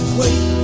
wait